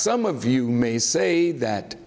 some of you may say that